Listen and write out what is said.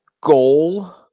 goal